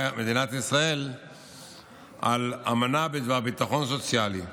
מדינת ישראל על אמנה בדבר ביטחון סוציאלי.